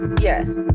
Yes